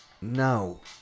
No